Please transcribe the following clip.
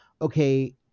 okay